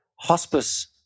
hospice